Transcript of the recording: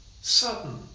Sudden